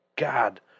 God